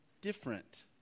different